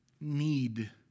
Need